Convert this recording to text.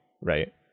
right